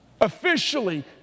officially